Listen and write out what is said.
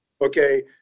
okay